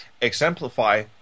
exemplify